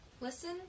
Listen